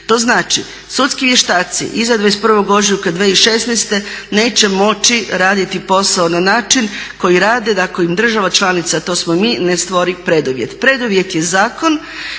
To znači sudski vještaci iza 21. ožujka 2016. neće moći raditi posao na način koji rade ako im država članica a to smo mi ne stvori preduvjet.